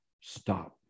stop